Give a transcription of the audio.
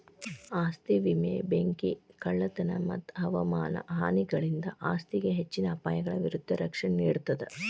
ಆಸ್ತಿ ವಿಮೆ ಬೆಂಕಿ ಕಳ್ಳತನ ಮತ್ತ ಹವಾಮಾನ ಹಾನಿಗಳಿಂದ ಆಸ್ತಿಗೆ ಹೆಚ್ಚಿನ ಅಪಾಯಗಳ ವಿರುದ್ಧ ರಕ್ಷಣೆ ನೇಡ್ತದ